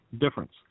difference